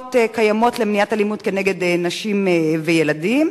קיימות למניעת אלימות כנגד נשים וילדים?